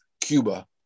Cuba